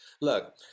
Look